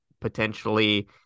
potentially